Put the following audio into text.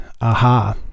aha